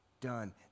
done